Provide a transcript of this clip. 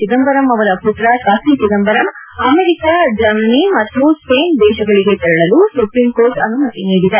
ಚಿದಂಬರಂ ಅವರ ಪುತ್ರ Karti Chidambaram America German ಮತ್ತು ಸ್ವೈನ್ ದೇಶಗಳಿಗೆ ತೆರಳಲು ಸುಪ್ರೀಂಕೋರ್ಟ್ ಅನುಮತಿ ನೀಡಿದೆ